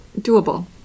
doable